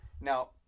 now